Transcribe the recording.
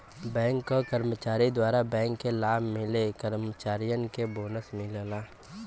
bank क कर्मचारी द्वारा बैंक के लाभ मिले कर्मचारियन के बोनस मिलला